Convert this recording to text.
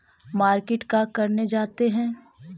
Market का करने जाते हैं?